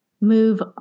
move